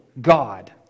God